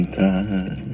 time